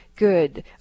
Good